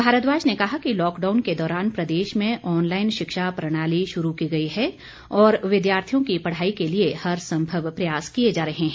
भारद्वाज ने कहा कि लॉकडाउन के दौरान प्रदेश में ऑनलाइन शिक्षा प्रणाली शुरू की गई है और विद्यार्थियों की पढ़ाई के लिए हर संभव प्रयास किए जा रहे हैं